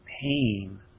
pain